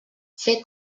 fet